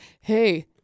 Hey